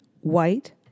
White